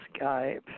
Skype